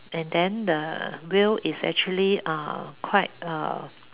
and then the wheel is actually uh quite uh